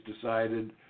decided